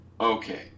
Okay